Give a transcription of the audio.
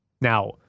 Now